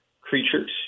creatures